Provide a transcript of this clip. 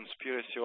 conspiracy